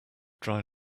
dry